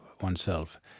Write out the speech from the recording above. oneself